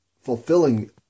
fulfilling